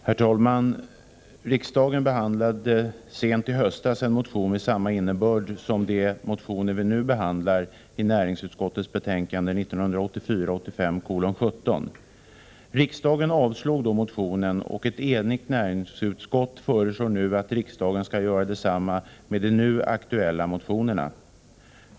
Herr talman! Riksdagen behandlade sent i höstas en motion med samma innebörd som de motioner vi nu behandlar i näringsutskottets betänkande 1984/85:17. Riksdagen avslog då motionen, och ett enigt näringsutskott föreslår nu att riksdagen skall göra detsamma med de nu aktuella motionerna.